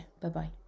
Bye-bye